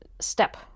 step